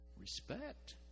respect